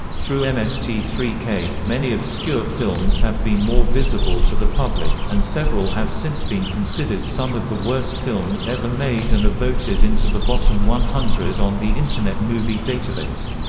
through m s t three k, many obscure films have been more visible to the public, and several have since been considered some of the worst films ever made and are voted into the bottom one hundred on the internet movie database.